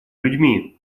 людьми